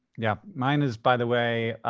yeah. mine is, by the way,